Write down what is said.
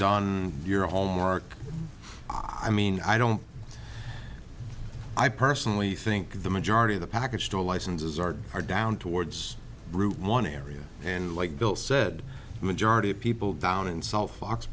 done your homework i mean i don't i personally think the majority of the package store licenses are are down towards route one area and like bill said the majority of people down in south fox